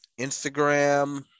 Instagram